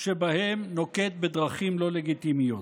שבהם נוקט דרכים לא לגיטימיות.